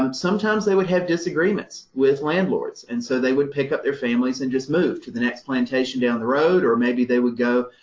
um sometimes they would have disagreements with landlords and so they would pick up their families and just move to the next plantation down the road or maybe they would go,